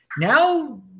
now